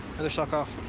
other sock off.